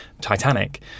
Titanic